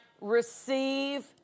receive